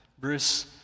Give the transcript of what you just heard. Bruce